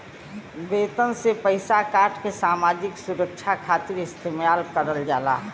वेतन से पइसा काटके सामाजिक सुरक्षा खातिर इस्तेमाल करल जाला